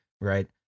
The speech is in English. right